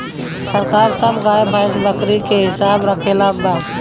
सरकार सब गाय, भैंस, बकरी के हिसाब रक्खले बा